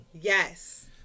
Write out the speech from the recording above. Yes